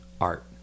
art